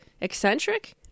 Eccentric